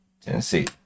Tennessee